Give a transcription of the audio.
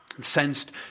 sensed